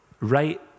right